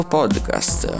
podcast